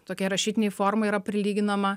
tokiai rašytinei formai yra prilyginama